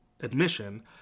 admission